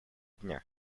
дня